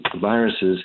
viruses